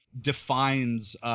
defines